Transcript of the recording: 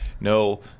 No